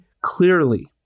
clearly